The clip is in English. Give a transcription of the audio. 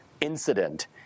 incident